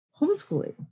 homeschooling